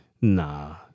Nah